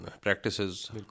practices